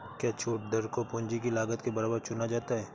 क्या छूट दर को पूंजी की लागत के बराबर चुना जाता है?